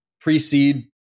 precede